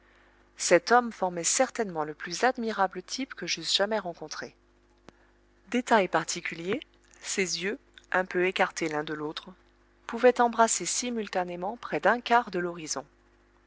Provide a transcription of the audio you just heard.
cet homme formait certainement le plus admirable type que j'eusse jamais rencontré détail particulier ses yeux un peu écartés l'un de l'autre pouvaient embrasser simultanément près d'un quart de l'horizon